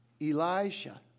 Elisha